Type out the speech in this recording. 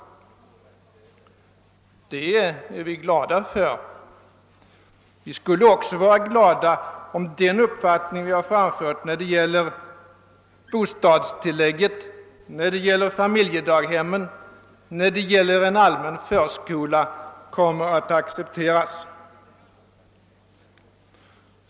Det är vi glada för. Vi skulle också vara glada om den uppfattning som vi har framfört beträffande bostadstillägg, familjedaghem och allmänna förskolor accepterades.